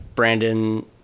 Brandon